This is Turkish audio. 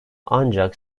ancak